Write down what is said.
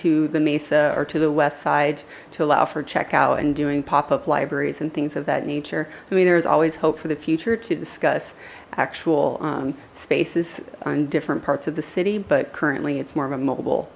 to the mesa or to the west side to allow for checkout and doing pop up libraries and things of that nature i mean there is always hope for the future to discuss actual spaces on different parts of the city but currently it's more of a mobile